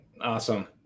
Awesome